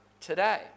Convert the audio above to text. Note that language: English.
today